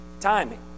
Timing